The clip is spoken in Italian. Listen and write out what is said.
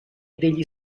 degli